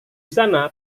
sana